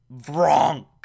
vronk